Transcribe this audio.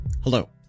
Hello